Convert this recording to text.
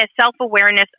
self-awareness